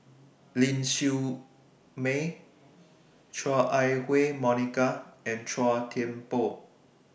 Ling Siew May Chua Ah Huwa Monica and Chua Thian Poh